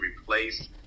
replace